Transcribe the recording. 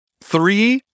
Three